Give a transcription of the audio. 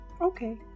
Okay